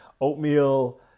oatmeal